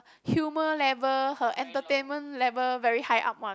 humour level her entertainment level very high up one